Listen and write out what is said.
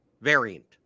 variant